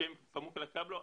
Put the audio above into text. בשם Pamukkale kablo,